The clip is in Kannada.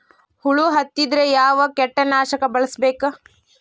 ಹುಳು ಹತ್ತಿದ್ರೆ ಯಾವ ಕೇಟನಾಶಕ ಬಳಸಬೇಕ?